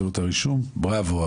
בראבו,